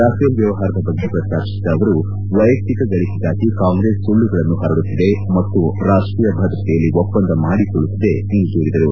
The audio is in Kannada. ರಫೇಲ್ ವ್ಯವಹಾರದ ಬಗ್ಗೆ ಪ್ರಸ್ತಾಪಿಸಿದ ಅವರು ವೈಯಕ್ತಿಕ ಗಳಿಕೆಗಾಗಿ ಕಾಂಗ್ರೆಸ್ ಸುಳ್ಳುಗಳನ್ನು ಹರಡುತ್ತಿದೆ ಮತ್ತು ರಾಷ್ಟೀಯ ಭದ್ರತೆಯಲ್ಲಿ ಒಪ್ಪಂದ ಮಾಡಿಕೊಳ್ಳುತ್ತಿದೆ ಎಂದು ದೂರಿದರು